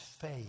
faith